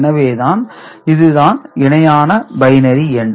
எனவே இதுதான் இணையான பைனரி எண்